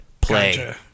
play